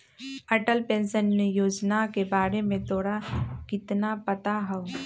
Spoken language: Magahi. अटल पेंशन योजना के बारे में तोरा कितना पता हाउ?